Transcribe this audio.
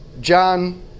John